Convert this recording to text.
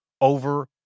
over